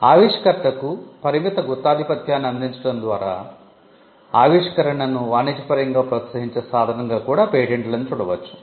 ఆవిష్కర్తకు పరిమిత గుత్తాధిపత్యాన్ని అందించడం ద్వారా ఆవిష్కరణను వాణిజ్యపరంగా ప్రోత్సహించే సాధనంగా కూడా పేటెంట్లను చూడవచ్చు